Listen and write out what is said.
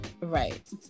Right